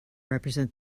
represent